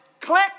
click